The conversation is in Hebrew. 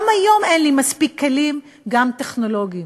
גם היום אין לי מספיק כלים, גם טכנולוגיים.